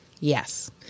Yes